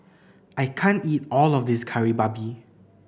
I can't eat all of this Kari Babi